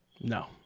No